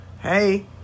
Hey